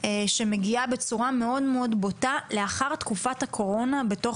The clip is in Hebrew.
בתוך מסגרות בתי הספר שמגיעים בצורה מאוד מאוד בוטה לאחר תקופת הקורונה.